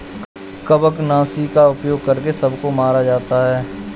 कवकनाशी का उपयोग कर कवकों को मारा जाता है